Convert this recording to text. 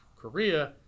Korea